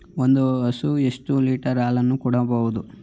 ಒಂದು ಹಸು ಎಷ್ಟು ಲೀಟರ್ ಹಾಲನ್ನು ಕೊಡಬಹುದು?